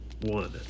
one